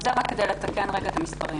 זה רק כדי לתקן לרגע את המספרים.